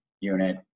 unit